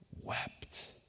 wept